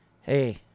Hey